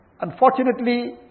Unfortunately